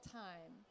time